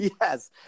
Yes